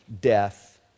death